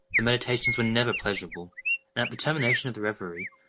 the meditations were never pleasurable and, at the termination of the reverie,